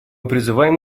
призываем